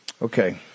Okay